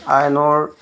আইনৰ